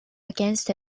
against